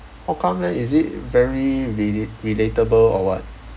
how come leh is it very relate~ relatable or what